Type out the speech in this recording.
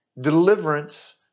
deliverance